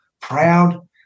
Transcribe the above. proud